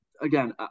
again